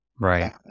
Right